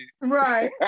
Right